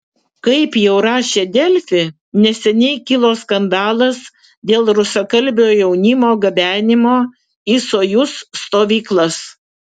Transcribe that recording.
kaip jau rašė delfi neseniai kilo skandalas dėl rusakalbio jaunimo gabenimo į sojuz stovyklas